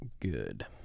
good